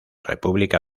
república